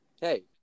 Hey